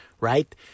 Right